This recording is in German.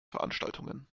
veranstaltungen